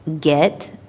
get